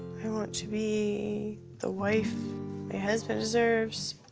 i want to be the wife my husband deserves.